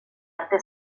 arte